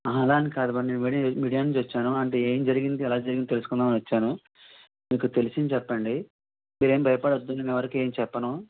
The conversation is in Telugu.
అహ ఆలా అని కాదు నేను మీడియా నుంచి వచ్చాను అంటే ఏం జరిగింది ఎలా జరిగింది తెలుసుకుందాం అని వచ్చాను మీకు తెలిసింది చెప్పండి మీరేం భయపడ వద్దు నేను ఎవరికీ ఏం చెప్పను